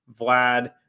Vlad